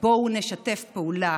בואו נשתף פעולה